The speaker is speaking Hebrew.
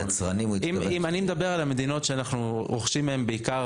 אם אני מדבר על המדינות שאנחנו רוכשים מהם בעיקר,